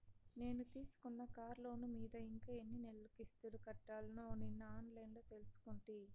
నేను తీసుకున్న కార్లోను మీద ఇంకా ఎన్ని నెలలు కిస్తులు కట్టాల్నో నిన్న ఆన్లైన్లో తెలుసుకుంటి